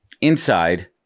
inside